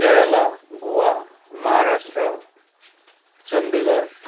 Kerala Goa Maharashtra Chandigarh